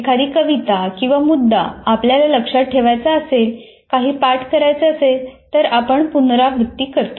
एखादी कविता किंवा मुद्दा आपल्याला लक्षात ठेवायचा असेल काही पाठ करायचे असेल तर आपण पुनरावृत्ती करतो